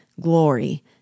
glory